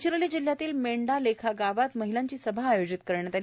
गडचिरोली जिल्ह्यातील मेंढालेखा गावात महिलांची सभा आयोजित करण्यात आली